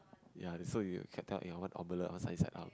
ya so you can tell eh I want omelette or sunny side up